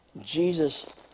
Jesus